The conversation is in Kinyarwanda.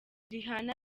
rihanna